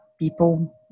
people